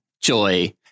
JOY